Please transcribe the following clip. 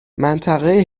منطقه